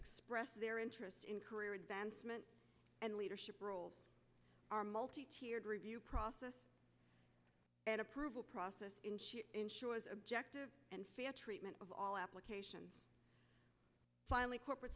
express their interest in career advancement and leadership roles are multi tiered review process and approval process ensures objective and fair treatment of all applications finally corporate